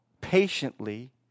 patiently